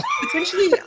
potentially